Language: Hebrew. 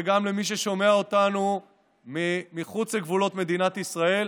וגם למי ששומע אותנו מחוץ לגבולות מדינת ישראל: